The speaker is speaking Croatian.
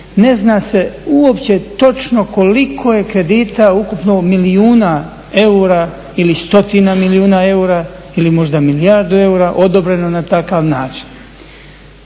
Ne zna se uopće točno koliko je kredita ukupno milijuna eura ili stotina milijuna eura ili možda milijardu eura odobreno na takav način.